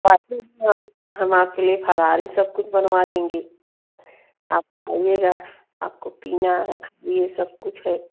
बाक़ी हम हम आपके लिए फरारी सब कुछ बनवा देंगे आप आइएगा आपको पीना है खाना है सब कुछ है